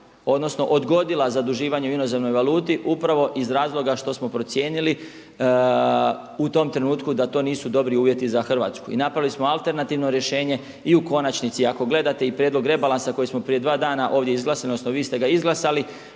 odnosno odgodila zaduživanje u inozemnoj valuti upravo iz razloga što smo procijenili u tom trenutku da to nisu dobri uvjeti za Hrvatsku. I napravili smo alternativno rješenje. I u konačnici ako gledate i prijedlog rebalansa koji smo prije dva dana ovdje izglasali, odnosno vi ste ga izglasali